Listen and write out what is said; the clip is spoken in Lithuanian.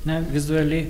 na vizuali